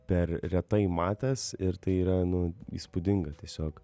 per retai matęs ir tai yra nu įspūdinga tiesiog